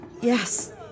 Yes